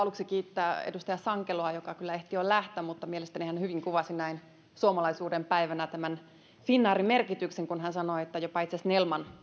aluksi kiittää edustaja sankeloa joka kyllä ehti jo lähteä mielestäni hän hyvin kuvasi näin suomalaisuuden päivänä finnairin merkityksen kun hän sanoi että jopa itse snellman